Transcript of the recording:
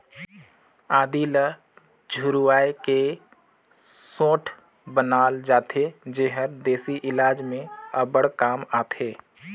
आदी ल झुरवाए के सोंठ बनाल जाथे जेहर देसी इलाज में अब्बड़ काम आथे